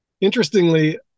Interestingly